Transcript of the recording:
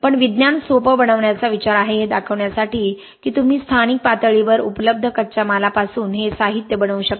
पण विज्ञान सोपं बनवण्याचा विचार आहे हे दाखवण्यासाठी की तुम्ही स्थानिक पातळीवर उपलब्ध कच्च्या मालापासून हे साहित्य बनवू शकता